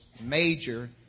major